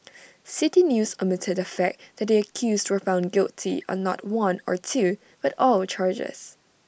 City News omitted the fact that the accused were found guilty on not one or two but all charges